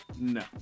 No